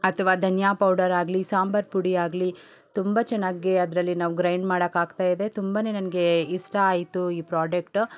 ಅಥ್ವಾ ಧನ್ಯಾ ಪೌಡರ್ ಆಗಲಿ ಸಾಂಬಾರು ಪುಡಿ ಆಗಲಿ ತುಂಬ ಚೆನ್ನಾಗಿ ಅದರಲ್ಲಿ ನಾವು ಗ್ರೈಂಡ್ ಮಾಡಕ್ಕಾಗ್ತಾಯಿದೆ ತುಂಬ ನನಗೆ ಇಷ್ಟ ಆಯಿತು ಈ ಪ್ರಾಡಕ್ಟ್